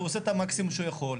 הוא עושה את המקסימום שהוא יכול,